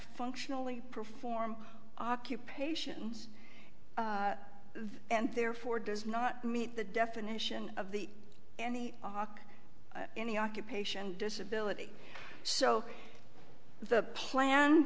functionally perform occupations and therefore does not meet the definition of the any och any occupation disability so the plan